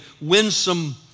winsome